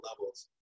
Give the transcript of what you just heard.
levels